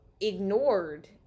ignored